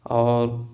اور